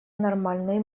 нормальной